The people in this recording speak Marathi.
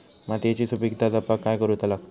मातीयेची सुपीकता जपाक काय करूचा लागता?